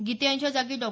गिते यांच्या जागी डॉ